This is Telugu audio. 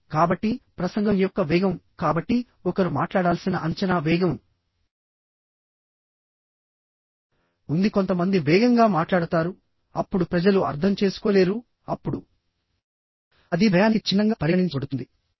కాబట్టి ప్రసంగం యొక్క వేగం కాబట్టి ఒకరు మాట్లాడాల్సిన అంచనా వేగం ఉంది కొంతమంది వేగంగా మాట్లాడతారు అప్పుడు ప్రజలు అర్థం చేసుకోలేరు అప్పుడు అది భయానికి చిహ్నంగా పరిగణించబడుతుంది